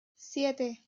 siete